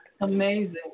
Amazing